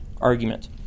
argument